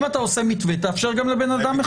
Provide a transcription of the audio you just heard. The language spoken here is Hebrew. אם אתה עושה מתווה, תאפשר גם לבן אדם אחד.